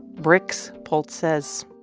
bricks, pultz says,